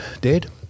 dead